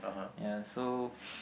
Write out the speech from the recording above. ya so